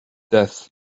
death